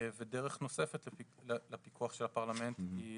דרך נוספת לפיקוח של הפרלמנט היא